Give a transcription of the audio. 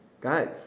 guys